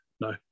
no